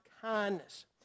kindness